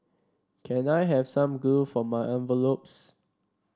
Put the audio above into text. can I have some glue for my envelopes